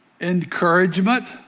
encouragement